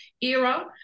era